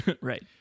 Right